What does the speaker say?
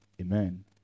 Amen